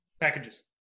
packages